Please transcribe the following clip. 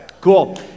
Cool